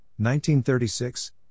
1936